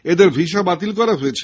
এঁদের ভিসা বাতিল করা হয়েছে